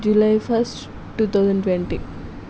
July first two thousand twenty